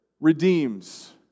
redeems